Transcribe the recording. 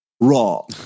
raw